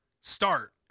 start